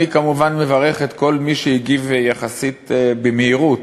אני כמובן מברך את כל מי שהגיב יחסית במהירות,